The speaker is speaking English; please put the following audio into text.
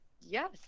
yes